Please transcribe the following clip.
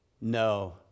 No